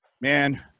man